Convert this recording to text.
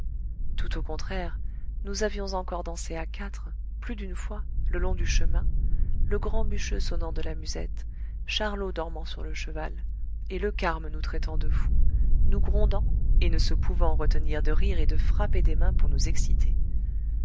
tout au contraire nous avions encore dansé à quatre plus d'une fois le long du chemin le grand bûcheux sonnant de la musette charlot dormant sur le cheval et le carme nous traitant de fous nous grondant et ne se pouvant retenir de rire et de frapper des mains pour nous exciter